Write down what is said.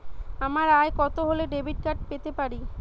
আমার আয় কত হলে ডেবিট কার্ড পেতে পারি?